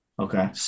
okay